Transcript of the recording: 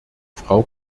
frau